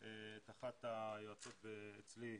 אז אחת היועצות אצלי,